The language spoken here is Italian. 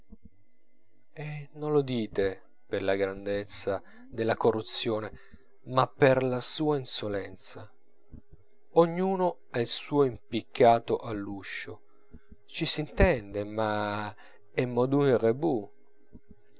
non lo dite per la grandezza della corruzione ma per la sua insolenza ognuno ha il suo impiccato all'uscio ci s'intende ma est modus in